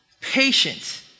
Patient